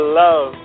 love